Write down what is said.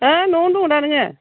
है न'आवनो दं दा नोङो